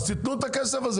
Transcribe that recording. אז תנו את הכסף הזה.